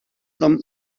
them